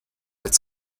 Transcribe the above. its